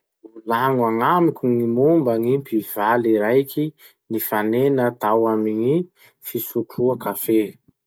Volagno agnamiko gny momba gny mpivaly raiky nifanena tao amy gny fisotroa kafe.